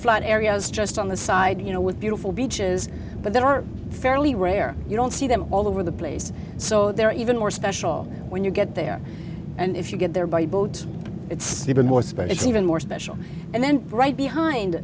flat areas just on the side i do you know with beautiful beaches but there are fairly rare you don't see them all over the place so they're even more special when you get there and if you get there by boat it's even more space even more special and then right behind